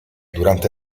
durante